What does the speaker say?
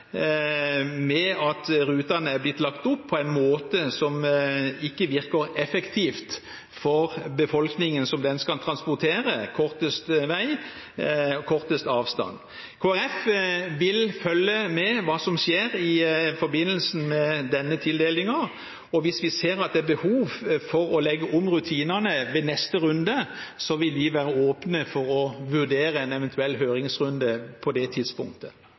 med at rutene er blitt lagt opp på en måte som ikke virker effektivt for befolkningen som den skal transportere, kortest vei og kortest avstand. Kristelig Folkeparti vil følge med på hva som skjer i forbindelse med denne tildelingen, og hvis vi ser at det er behov for å legge om rutinene ved neste runde, vil vi være åpne for å vurdere en eventuell høringsrunde på det tidspunktet.